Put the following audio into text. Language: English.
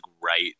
right